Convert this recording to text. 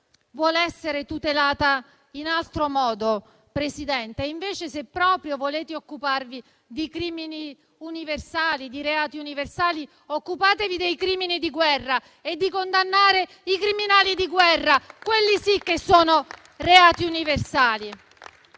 vuole essere tutelata in altro modo, Presidente. Invece, se proprio volete occuparvi di reati universali, occupatevi dei crimini di guerra e di condannare i criminali di guerra, quelli sì che sono reati universali